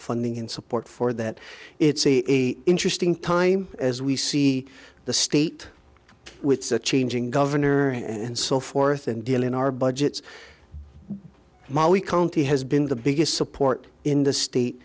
funding in support for that it's a interesting time as we see the state with the changing governor and so forth and deal in our budgets molly county has been the biggest support in the state